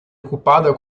ocupada